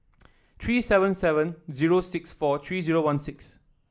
three seven seven zero six four three zero one six